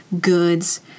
goods